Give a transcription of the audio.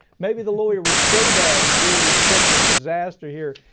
maybe the lawyer was so bad and created such a disaster here.